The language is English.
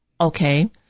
Okay